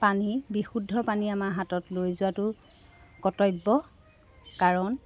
পানী বিশুদ্ধ পানী আমাৰ হাতত লৈ যোৱাটো কৰ্তব্য কাৰণ